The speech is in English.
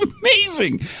amazing